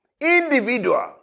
Individual